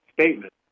statement